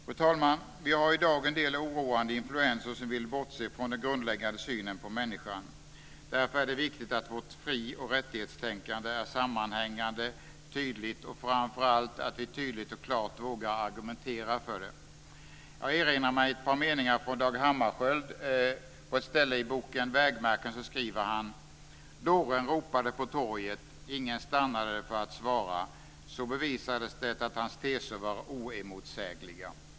Fru talman! Det finns i dag en del oroande influenser som vill bortse från den grundläggande synen på människan. Därför är det viktigt att vårt fri och rättighetstänkande är sammanhängande och tydligt, och framför allt att vi tydligt och klart vågar argumentera för det. Jag erinrar mig ett par meningar av Dag Hammarskjöld. På ett ställe i boken Vägmärken skriver han: Dåren ropade på torget, ingen stannade för att svara. Så bevisades det att hans teser var oemotsägliga.